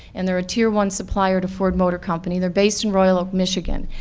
and they're a tier one supplier to ford motor company, they're based in royal oak, michigan.